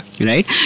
Right